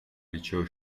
liceo